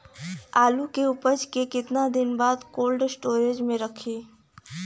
आलू के उपज के कितना दिन बाद कोल्ड स्टोरेज मे रखी?